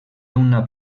una